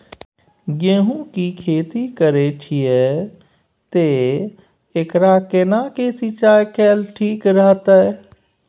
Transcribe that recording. गेहूं की खेती करे छिये ते एकरा केना के सिंचाई कैल ठीक रहते?